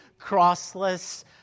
crossless